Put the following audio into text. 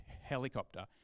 helicopter